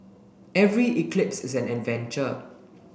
every eclipse is an adventure